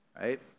right